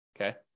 Okay